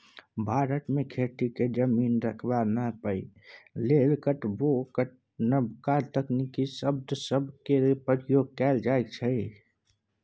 भारत मे खेती केर जमीनक रकबा नापइ लेल कतेको नबका तकनीकी शब्द सब केर प्रयोग कएल जाइ छै